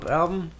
album